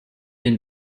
den